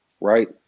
Right